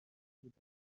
بودن